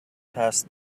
past